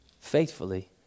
faithfully